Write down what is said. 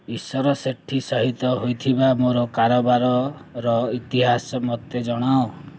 ଈଶ୍ୱର ସେଠୀ ସହିତ ହୋଇଥିବା ମୋର କାରବାରର ଇତିହାସ ମୋତେ ଜଣାଅ